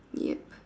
yup